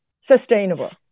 sustainable